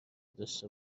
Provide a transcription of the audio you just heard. داشته